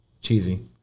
cheesy